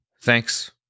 Thanks